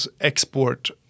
export